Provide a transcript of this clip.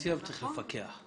הרגולציה וצריך לפקח.